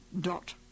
dot